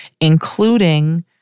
including